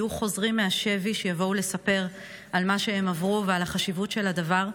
יהיו חוזרים מהשבי שיבואו לספר על מה שהם עברו ועל החשיבות של הדבר,